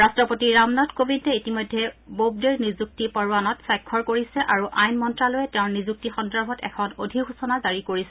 ৰাট্টপতি ৰামনাথ কোবিন্দে ইতিমধ্যে ববডেৰ নিযুক্তি পৰোৱানাত স্বাক্ষৰ কৰিছে আৰু আইন মন্ত্ৰালয়ে তেওঁৰ নিযুক্তি সন্দৰ্ভত এখন অধিসূচনা জাৰি কৰিছে